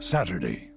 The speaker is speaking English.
Saturday